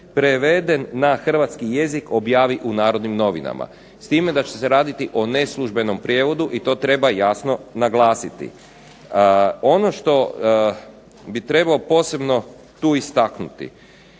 preveden na hrvatski jezik objavi u Narodnim novinama", s time da će se raditi o neslužbenom prijevodu i to treba jasno naglasiti. Ono što bi trebao posebno tu istaknuti,